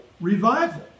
Revival